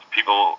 People